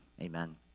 Amen